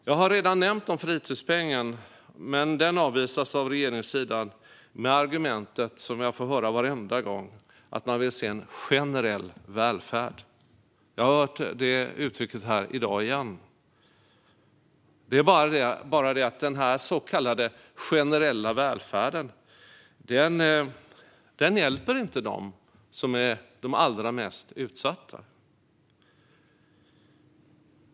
Jag har redan nämnt fritidspengen, men den avvisas av regeringssidan med det argument jag får höra varje gång, nämligen att man vill se en "generell välfärd". Jag har hört det uttryckas här i dag igen. Det är bara det att den så kallade generella välfärden inte hjälper de allra mest utsatta.